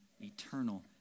eternal